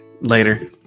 Later